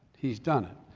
he's done it.